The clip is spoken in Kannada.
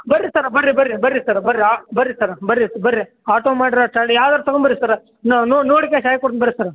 ಬನ್ರಿ ಸರ ಬನ್ರಿ ಬನ್ರಿ ಬನ್ರಿ ಬನ್ರಿ ಸರ ಬನ್ರಿ ಬನ್ರಿ ಆಟೋ ಮಾಡ್ರಿ ಯಾವ್ದಾರು ತಗೊಂಡ್ ಬನ್ರಿ ಸರ ನೋಡಿ ಕೊಡ್ತೀನಿ ಬನ್ರಿ ಸರ